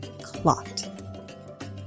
Clot